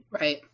Right